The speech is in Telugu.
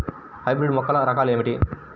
హైబ్రిడ్ మొక్కల రకాలు ఏమిటీ?